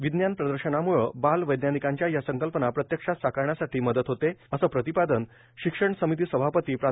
विज्ञान प्रदर्शनामुळं बाल वैज्ञानिकांच्या या संकल्पना प्रत्यक्षात साकारण्यासाठी मदत होते असं प्रतिपादन शिक्षण समिती सभापती प्रा